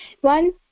one